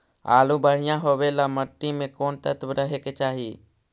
आलु बढ़िया होबे ल मट्टी में कोन तत्त्व रहे के चाही?